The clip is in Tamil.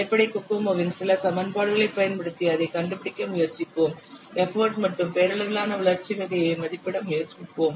அடிப்படை கோகோமோவின் சில சமன்பாடுகளைப் பயன்படுத்தி அதைக் கண்டுபிடிக்க முயற்சிப்போம் எப்போட் மற்றும் பெயரளவிலான வளர்ச்சி வகையை மதிப்பிட முயற்சிப்போம்